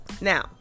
Now